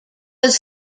was